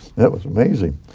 that was amazing.